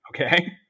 okay